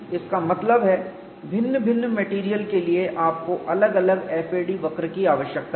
इसका मतलब है भिन्न भिन्न मेटेरियल के लिए आपको अलग अलग FAD वक्र की आवश्यकता है